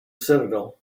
citadel